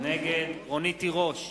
נגד רונית תירוש,